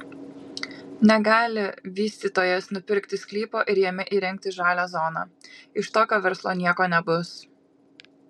negali vystytojas nupirkti sklypo ir jame įrengti žalią zoną iš tokio verslo nieko nebus